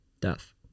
death